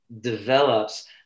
develops